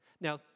Now